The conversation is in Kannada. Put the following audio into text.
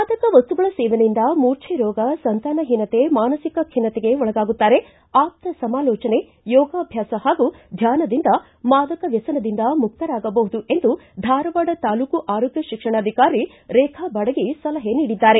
ಮಾದಕ ವಸ್ತುಗಳ ಸೇವನೆಯಿಂದ ಮೂರ್ಛೆ ರೋಗ ಸಂತಾನ ಹೀನತೆ ಮಾನಸಿಕ ಖಿನ್ನತೆಗೆ ಒಳಗಾಗುತ್ತಾರೆ ಆಪ್ತ ಸಮಾಲೋಚನೆ ಯೋಗಾಭ್ವಾಸ ಹಾಗೂ ಧ್ವಾನದಿಂದ ಮಾದಕ ವ್ಯಸನದಿಂದ ಮುಕ್ತರಾಗಬಹುದು ಎಂದು ಧಾರವಾಡ ತಾಲೂಕು ಆರೋಗ್ಯ ಶಿಕ್ಷಣಾಧಿಕಾರಿ ರೇಖಾ ಬಾಡಗಿ ಸಲಹೆ ನೀಡಿದ್ದಾರೆ